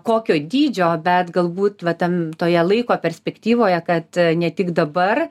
kokio dydžio bet galbūt va tam toje laiko perspektyvoje kad ne tik dabar